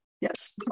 Yes